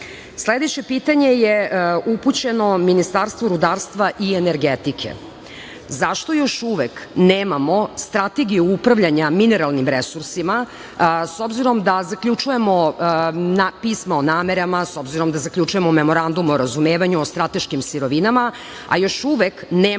pitanje je upućeno Ministarstvu rudarstva i energetike. Zašto još uvek nemamo strategiju upravljanja mineralnim resursima, s obzirom da zaključujemo pisma o namerama, s obzirom da zaključujemo Memorandum o razumevanju o strateškim sirovinama, a još uvek nemamo